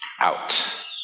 out